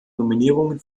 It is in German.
nominierungen